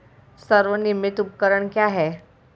स्वनिर्मित उपकरण क्या है?